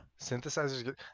Synthesizers